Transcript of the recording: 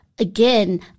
again